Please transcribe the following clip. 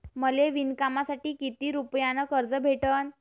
मले विणकामासाठी किती रुपयानं कर्ज भेटन?